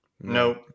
Nope